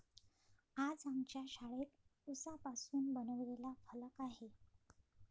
आज आमच्या शाळेत उसापासून बनवलेला फलक आहे